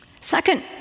Second